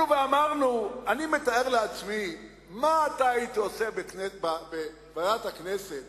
אני מתאר לעצמי מה אתה היית עושה בוועדת הכנסת